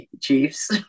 Chiefs